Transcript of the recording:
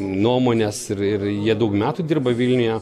nuomonės ir ir jie daug metų dirba vilniuje